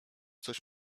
coś